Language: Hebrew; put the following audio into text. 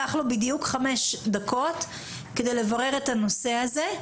לקח לו בדיוק חמש דקות כדי לברר את הנושא הזה,